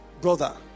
brother